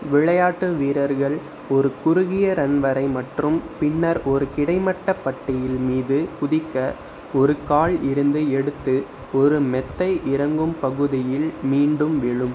விளையாட்டு வீரர்கள் ஒரு குறுகிய ரன் வரை மற்றும் பின்னர் ஒரு கிடைமட்ட பட்டியில் மீது குதிக்க ஒரு கால் இருந்து எடுத்து ஒரு மெத்தை இறங்கும் பகுதியில் மீண்டும் விழும்